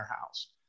house